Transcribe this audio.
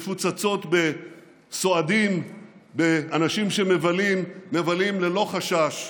מפוצצות בסועדים, באנשים שמבלים ללא חשש,